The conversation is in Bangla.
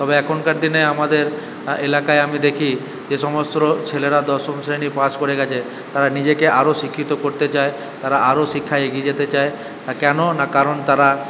তবে এখনকার দিনে আমাদের এলাকায় আমি দেখি যে সমস্ত ছেলেরা দশম শ্রেণী পাশ করে গেছে তারা নিজেকে আরও শিক্ষিত করতে চায় তারা আরও শিক্ষায় এগিয়ে যেতে চায় কেন না কারণ তারা